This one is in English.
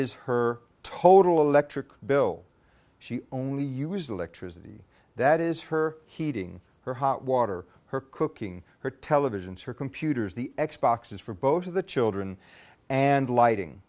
is her total electric bill she only used electricity that is her heating her hot water her cooking her televisions her computers the x boxes for both of the children and lighting